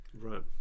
Right